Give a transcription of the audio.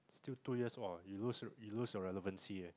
still two years ah you lose you lose your relevancy ah